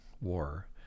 war